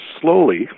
slowly